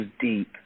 deep